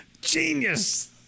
Genius